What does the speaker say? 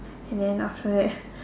and then after that